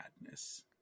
madness